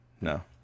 No